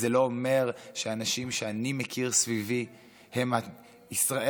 זה לא אומר שהאנשים שאני מכיר סביבי הם ישראל